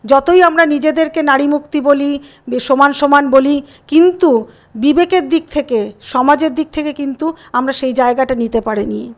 যতই আমরা নিজেদেরকে নারী মুক্তি বলি সমান সমান বলি কিন্তু বিবেকের দিক থেকে সমাজের দিক থেকে কিন্তু আমরা সেই জায়গাটা নিতে পারিনি